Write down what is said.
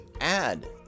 add